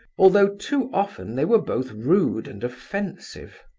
although too often they were both rude and offensive.